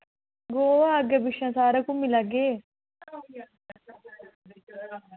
गोआ अग्गै पिच्छैं सारै घुम्मी लैगे